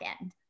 end